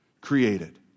created